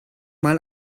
mal